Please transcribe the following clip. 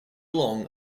long